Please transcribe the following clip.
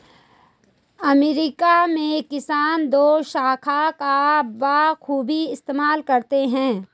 America में किसान दोशाखा का बखूबी इस्तेमाल करते हैं